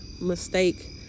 mistake